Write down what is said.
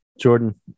Jordan